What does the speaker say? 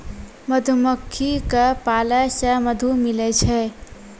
मधुमक्खी क पालै से मधु मिलै छै